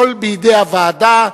הכול בידי הוועדה,